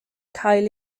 cael